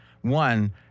One